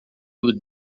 would